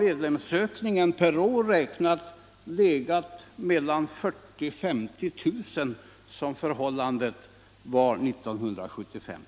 medlemsökningen per år legat mellan 40 000 och 50 000, som förhållandet var 1975.